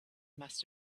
must